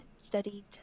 studied